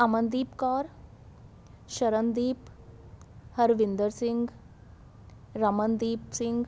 Amandeep Kaur Sharandeep Harvinder Singh Ramandeep Singh